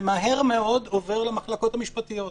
זה מהר מאוד עובר למחלקות המשפטיות,